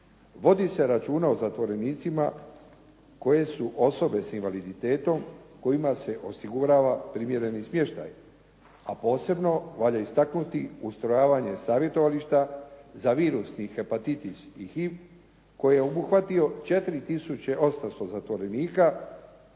Vodi se računa o zatvorenicima koje su osobe s invaliditetom kojima se osigurava primjereni smještaj a posebno valja istaknuti ustrojavanje savjetovališta za virusni hepatitis i HIV koji je obuhvatio 4 tisuće 800 zatvorenika